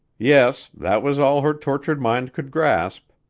yes, that was all her tortured mind could grasp.